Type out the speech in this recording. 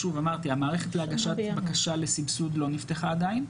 אמרתי, המערכת להגשת בקשה לסבסוד לא נפתחה עדיין.